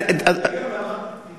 אני למדתי, דרך אגב,